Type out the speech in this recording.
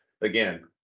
again